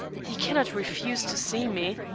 he cannot refuse to see me.